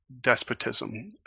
despotism